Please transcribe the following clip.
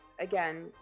again